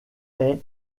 est